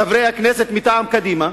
חברי הכנסת מטעם קדימה,